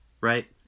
Right